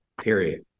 period